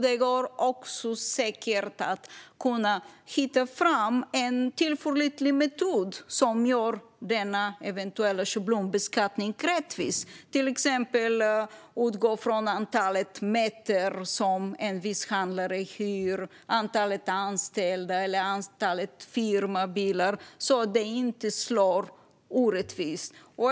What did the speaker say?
Det går säkert också att hitta en tillförlitlig metod som gör denna eventuella schablonbeskattning rättvis, till exempel att utgå från antalet meter som en viss handlare hyr, antalet anställda eller antalet firmabilar, så att det inte slår orättvist.